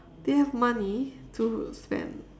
they have money to spend